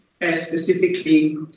specifically